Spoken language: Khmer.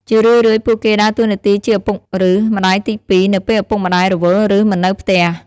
ជារឿយៗ ពួកគេជាដើរតួនាទីជាឪពុកឬ ម្ដាយទីពីរ នៅពេលឪពុកម្តាយរវល់ឬ មិននៅផ្ទះ។